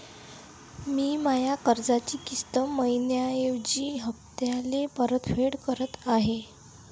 मी माया कर्जाची किस्त मइन्याऐवजी हप्त्याले परतफेड करत आहे